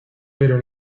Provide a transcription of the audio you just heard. pero